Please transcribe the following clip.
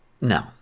No